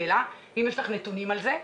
האם יש לך נתונים על זה?